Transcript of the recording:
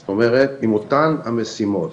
זאת אומרת עם אותן המשימות,